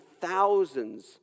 thousands